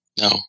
No